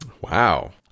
Wow